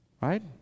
Right